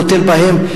קוטל בהם,